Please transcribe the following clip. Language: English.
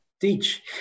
teach